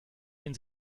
den